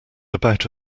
about